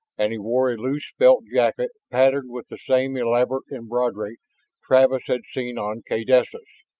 and he wore a loose felt jacket patterned with the same elaborate embroidery travis had seen on kaydessa's.